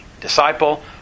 disciple